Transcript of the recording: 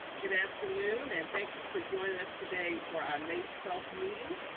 good afternoon. and thank you for joining us today for our may twelfth meeting,